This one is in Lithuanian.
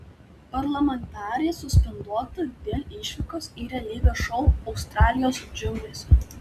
parlamentarė suspenduota dėl išvykos į realybės šou australijos džiunglėse